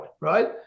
right